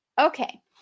Okay